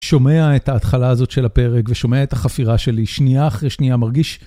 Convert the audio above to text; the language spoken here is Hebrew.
שומע את ההתחלה הזאת של הפרק ושומע את החפירה שלי שניה אחרי שניה מרגיש.